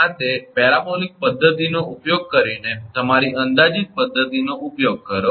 આ તે પેરાબોલિક પદ્ધતિનો ઉપયોગ કરીને તમારી અંદાજિત પદ્ધતિનો ઉપયોગ કરો